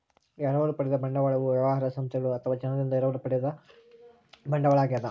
ಎರವಲು ಪಡೆದ ಬಂಡವಾಳವು ವ್ಯವಹಾರ ಸಂಸ್ಥೆಗಳು ಅಥವಾ ಜನರಿಂದ ಎರವಲು ಪಡೆಯುವ ಬಂಡವಾಳ ಆಗ್ಯದ